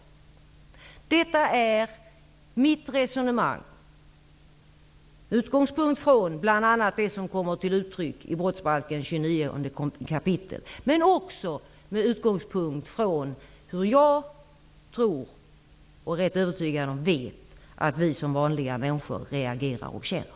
> bDet är mitt resonemang med utgångspunkt bl.a. i det som kommer till uttryck i 29 kap. brottsbalken, men också med utgångspunkt i hur jag tror och -- där är jag rätt övertygad -- vet att vi vanliga människor reagerar och känner.